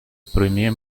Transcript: premier